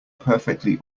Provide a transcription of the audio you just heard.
perfectly